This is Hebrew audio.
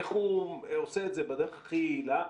איך הוא עושה את זה בדרך הכי יעילה,